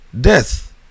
death